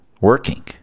working